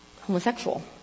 homosexual